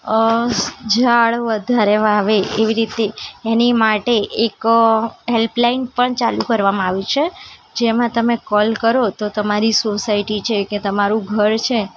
અ ઝાડ વધારે વાવે એવી રીતે એની માટે એક હૅલ્પલાઇન પણ ચાલું કરવામાં આવી છે જેમાં તમે કૉલ કરો તો તમારી સોસાયટી છે કે તમારું ઘર છે